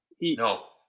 No